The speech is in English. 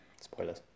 Spoilers